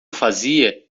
fazia